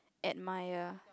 admire